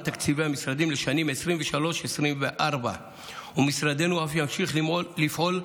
תקציבי המשרדים לשנים 2023 2024. משרדנו אף ימשיך לפעול,